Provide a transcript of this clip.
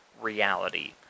reality